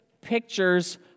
pictures